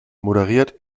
moderierte